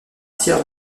tiers